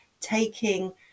taking